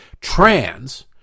trans